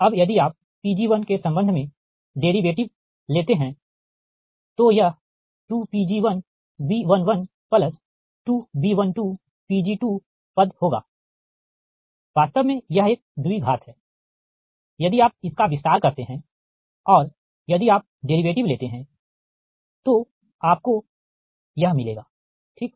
अब यदि आप Pg1 के संबंध में डेरीवेटिव लेते हैं तो यह 2Pg1B112B12Pg2 पद होगा वास्तव में यह एक द्विघात है यदि आप इसका विस्तार करते हैं और यदि आप डेरीवेटिव लेते हैं तो आपको यह मिलेगा ठीक